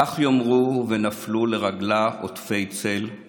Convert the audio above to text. // כך יאמרו ונפלו לרגלה עוטפי צל /